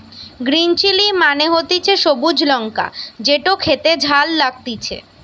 green chilli মানে হতিছে সবুজ লঙ্কা যেটো খেতে ঝাল লাগতিছে